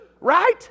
Right